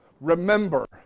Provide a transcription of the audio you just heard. Remember